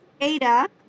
Ada